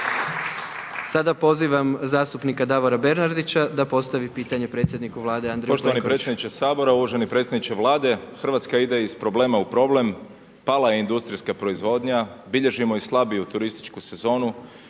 Sada pozivam zastupnika Davora Bernardića da postavi pitanje predsjedniku Vlade Andreju Plenkoviću.